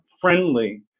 friendly